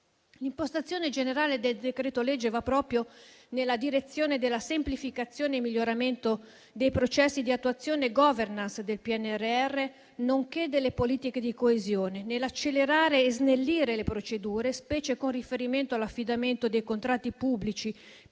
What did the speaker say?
L'impostazione generale del decreto-legge va proprio nella direzione di semplificare e migliorare i processi di attuazione e *governance* del PNRR, nonché le politiche di coesione, di accelerare e snellire le procedure, specie con riferimento all'affidamento dei contratti pubblici